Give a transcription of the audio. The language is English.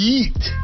eat